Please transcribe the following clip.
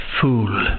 Fool